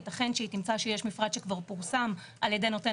יתכן שהיא תמצא שיש מפרט שכבר פורסם על ידי נותן